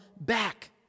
back